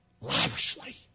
lavishly